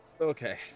Okay